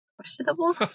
questionable